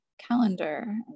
calendar